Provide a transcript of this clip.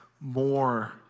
more